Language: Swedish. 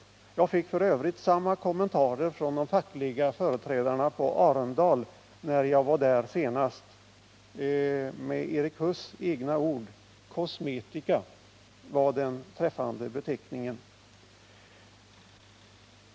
Jag fick f. ö. samma kommentarer från de fackliga företrädarna på Arendal, när jag var där senast. ”Kosmetika” — med Erik Huss eget ord — var den träffande beteckningen.